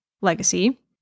legacy